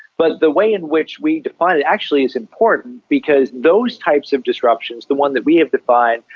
but the way in which we define it actually is important because those types of disruptions, the one that we have defined,